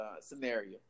scenario